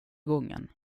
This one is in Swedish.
gången